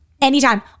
anytime